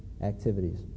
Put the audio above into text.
activities